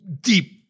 deep